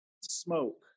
smoke